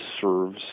serves